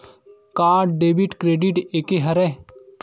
का debit credit एके हरय?